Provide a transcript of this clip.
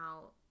out